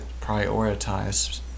prioritize